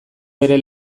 bere